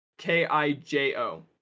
K-I-J-O